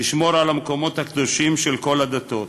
תשמור על המקומות הקדושים של כל הדתות".